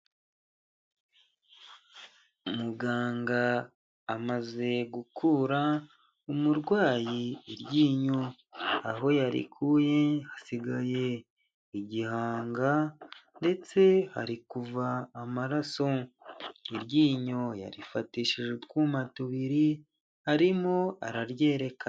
Umuganga amaze gukura umurwayi iryinyo, aho yarikuye hasigaye igihanga ndetse hari kuva amaraso, iryinyo yarifatishije utwuma tubiri arimo araryereka.